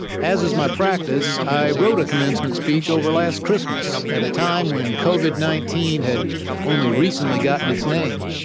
as is my practice, i wrote a commencement speech over last christmas, at a time when covid nineteen had only recently gotten its name.